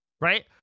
right